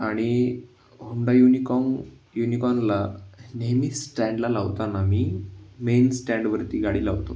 आणि Honda Unicorn युनिकॉनला नेहमी स्टँडला लावताना मी मेन स्टँडवरती गाडी लावतो